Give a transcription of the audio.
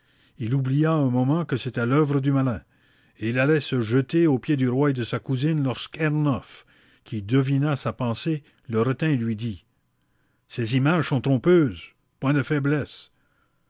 il oublia un moment que c'était l'oeuvre du malin et il allait se jeter aux pieds du roi et de sa cousine lorsqu'ernof qui devina sa pensée le retint et lui dit ces images sont trompeuses point de faiblesses